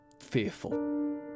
fearful